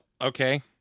okay